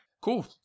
cool